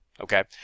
Okay